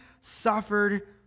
suffered